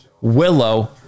willow